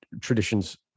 traditions